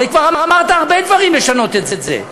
הרי כבר אמרת הרבה דברים כדי לשנות את זה.